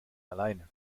alleine